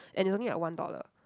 and it's only like one dollar